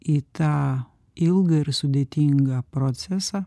į tą ilgą ir sudėtingą procesą